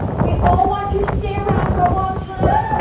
we all want you to stay around for a long time